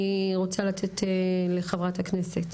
אני רוצה לתת לחברת הכנסת,